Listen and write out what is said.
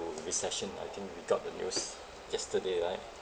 recession I think we got the news yesterday right